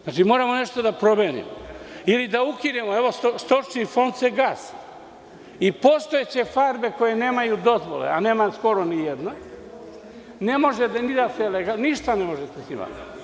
Znači, moramo nešto da promenimo ili da ukinemo, evo Stočni fond se gasi i postojaće farme koje nemaju dozvole, a nema skoro nijedna ne može ni da se legalizuje, ništa ne možete sa njima.